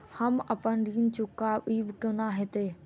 हम अप्पन ऋण चुकाइब कोना हैतय?